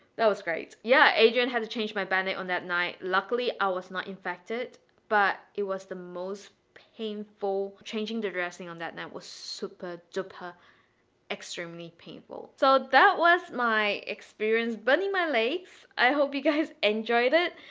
that was great. yeah, adrian had to changed my bandage on that night. luckily, i was not infected but it was the most painful changing the dressing on that night was super duper extremely painful. so that was my experience burning my legs. i hope you guys enjoyed it.